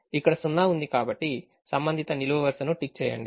ఇక్కడ సున్నా ఉంది కాబట్టి సంబంధిత నిలువు వరుసను టిక్ చేయండి